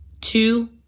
two